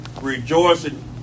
rejoicing